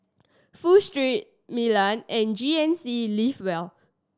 Pho Street Milan and G N C Live well